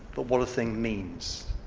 but what a thing means,